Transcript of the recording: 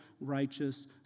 righteous